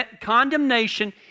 Condemnation